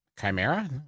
Chimera